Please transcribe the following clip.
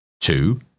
Two